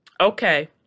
okay